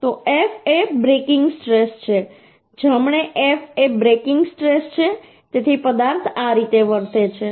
તો F એ breaking stress છે જમણે F એ બ્રેકિંગ સ્ટ્રેસ છે તેથી પદાર્થ આ રીતે વર્તે છે